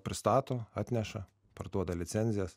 pristato atneša parduoda licenzijas